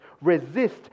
resist